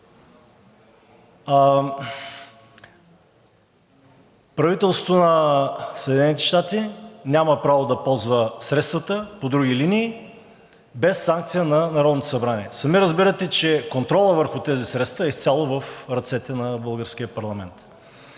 Правителството на Съединените щати няма право да ползва средствата по други линии без санкция на Народното събрание. Сами разбирате, че контролът върху тези средства е изцяло в ръцете на